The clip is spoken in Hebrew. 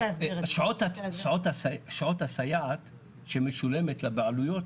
שעות הסייעת שמשולמת לבעלויות